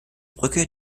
brücke